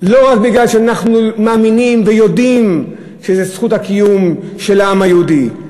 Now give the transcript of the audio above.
ולא רק בגלל שאנחנו מאמינים ויודעים שזה זכות הקיום של העם היהודי.